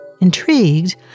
Intrigued